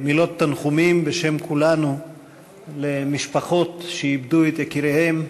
כולנו למשפחות שאיבדו את יקיריהן,